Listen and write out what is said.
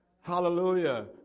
Hallelujah